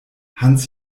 hans